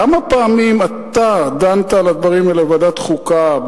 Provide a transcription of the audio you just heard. כמה פעמים אתה דנת על הדברים האלה בוועדת החוקה,